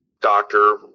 doctor